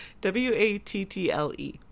W-A-T-T-L-E